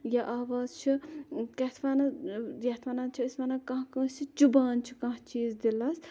یہِ آواز چھِ کیاہ یَتھ وَنان یَتھ وَنان چھِ أسۍ وَنان کانٛہہ کٲنٛسہِ چُبان چھُ کانٛہہ چیٖز دِلَس